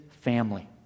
family